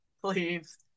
Please